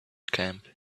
camp